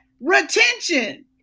retention